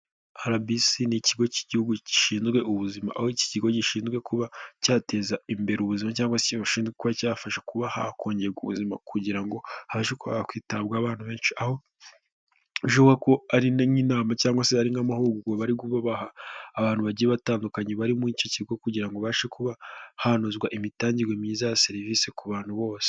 RBC ni Ikigo cy'Igihugu Gishinzwe Ubuzima, aho iki kigo gishinzwe kuba cyateza imbere ubuzima cyangwa se gishinzwe kuba cyafasha kuba kongerwa ubuzima, kugira ngo habashekwitabwaho benshi, aho bishoboka ko ari nk'inama cyangwa se ari nk'amahugurwa bari kuba baha abantu bagiye batandukanye, bari muri icyo kigo kugira ngo habashe kuba hanozwa imitangirwe myiza ya serivisi ku bantu bose.